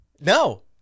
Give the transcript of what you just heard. No